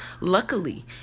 Luckily